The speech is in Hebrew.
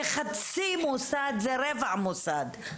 זה חצי מוסד, זה רבע מוסד.